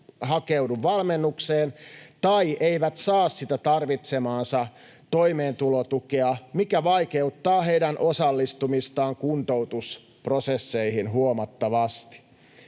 hakeudu valmennukseen tai eivät saa sitä tarvitsemaansa toimeentulotukea, mikä vaikeuttaa heidän osallistumistaan kuntoutusprosesseihin huomattavasti.